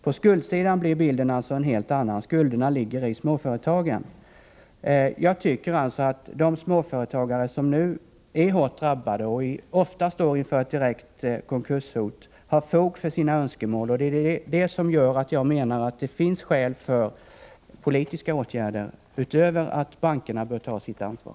På skuldsidan blir alltså bilden en helt annan. Det är småföretagen som har skulderna. De småföretagare som nu är hårt drabbade och ofta står inför ett direkt konkurshot har fog för sina önskemål. Det finns därför skäl för politiska åtgärder, utöver att bankerna bör ta sitt ansvar.